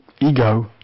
ego